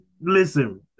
Listen